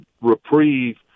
reprieve